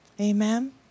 Amen